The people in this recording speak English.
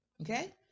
Okay